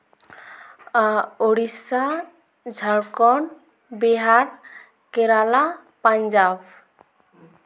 Odisha Jharkhand Bihar Kerala Punjab